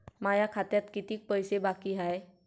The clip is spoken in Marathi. माया खात्यात कितीक पैसे बाकी हाय?